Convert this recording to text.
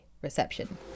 Reception